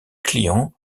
clients